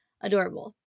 adorable